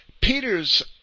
Peter's